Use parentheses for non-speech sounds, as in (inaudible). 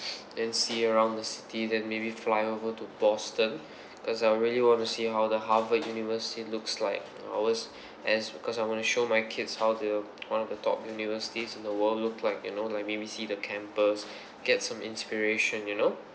(noise) and see around the city then maybe flyover to boston (breath) cause I really want to see how the harvard university looks like I was (breath) as because I want to show my kids how the (noise) one of the top universities in the world look like you know like maybe see the campus (breath) get some inspiration you know